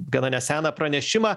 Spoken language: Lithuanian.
gana neseną pranešimą